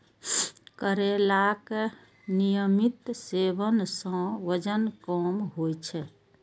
करैलाक नियमित सेवन सं वजन कम होइ छै